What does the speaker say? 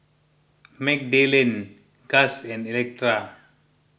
Magdalen Gust and Electa